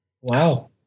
Wow